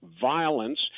violence